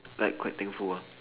like quite thankful ah